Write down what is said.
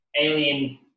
alien